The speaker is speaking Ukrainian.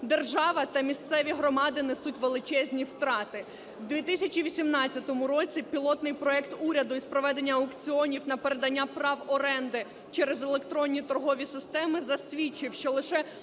держава та місцеві громади несуть величезні втрати. В 2018 році пілотний проект уряду з проведення аукціонів на передання прав оренди через електронні торгові системи засвідчив, що лише